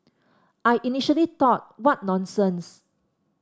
I initially thought what nonsense